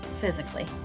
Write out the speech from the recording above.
physically